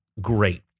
great